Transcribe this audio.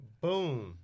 Boom